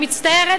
ואני מצטערת,